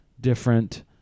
different